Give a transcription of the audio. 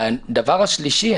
הדבר השלישי,